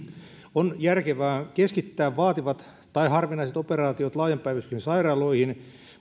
on järkevää keskittää vaativat tai harvinaiset operaatiot laajan päivystyksen sairaaloihin